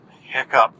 hiccup